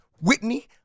Whitney